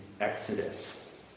Exodus